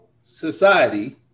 society